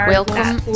Welcome